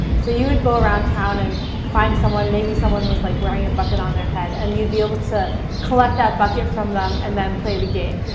so you would go around town and find someone maybe someone was like wearing a bucket on their head. and you'd be able to collect that bucket from them and then play the game.